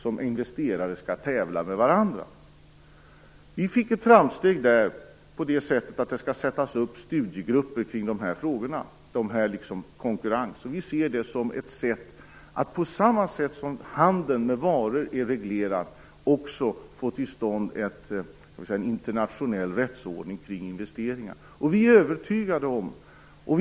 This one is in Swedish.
Vi nådde framsteg på det sättet att det bestämdes att det skall sättas upp studiegrupper kring dessa frågor, liksom kring konkurrensfrågorna. Vi ser det som ett sätt att få till stånd en internationell rättsordning kring investeringar, på samma sätt som handeln med varor är reglerad.